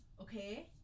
Okay